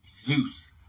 Zeus